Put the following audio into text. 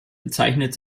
bezeichnet